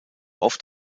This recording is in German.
oft